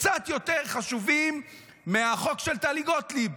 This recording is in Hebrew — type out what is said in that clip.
קצת יותר חשובים מהחוק של טלי גוטליב.